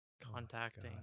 contacting